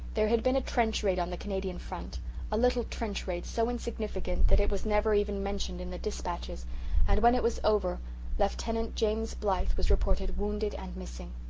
there had been a trench raid on the canadian front a little trench raid so insignificant that it was never even mentioned in the dispatches and when it was over lieutenant james blythe was reported wounded and missing.